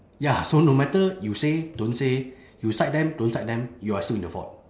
ya so no matter you say don't say you side them don't side them you are still in the fault